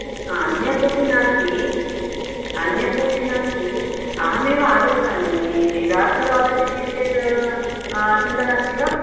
अन्य कोऽपि नास्ति अन्य कोपि नास्ति अहमेव आगच्छामि रात्रौ आगच्छति चेद् चिन्ता नास्ति वा